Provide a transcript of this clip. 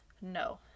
No